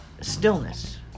stillness